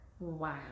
wow